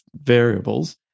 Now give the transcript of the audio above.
variables